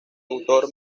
autor